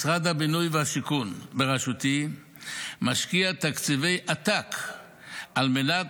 משרד הבינוי והשיכון בראשותי משקיע תקציבי עתק על מנת